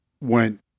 went